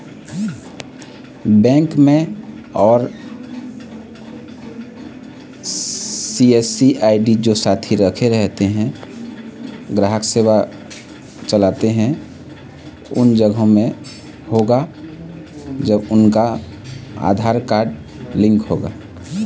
खाता के पैसा कोन जग चेक होही?